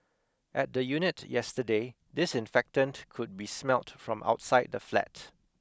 at the unit yesterday disinfectant could be smelt from outside the flat